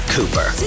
Cooper